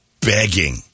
begging –